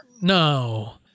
No